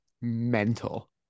mental